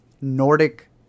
Nordic